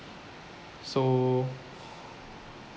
so